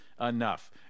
enough